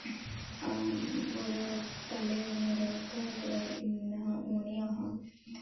होर पैह्ले मेरे घर इन्ना ओह् निं ऐ हा